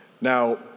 Now